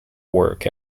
work